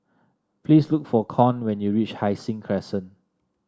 please look for Con when you reach Hai Sing Crescent